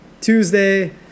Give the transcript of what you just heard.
Tuesday